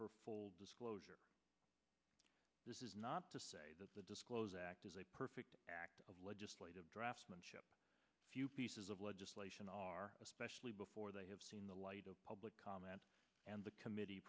for full disclosure this is not to say that the disclose act is a perfect act of legislative draftsmanship few pieces of legislation are especially before they have seen the light of public comment and the committee